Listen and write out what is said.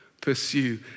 pursue